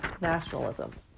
nationalism